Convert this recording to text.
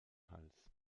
hals